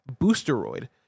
boosteroid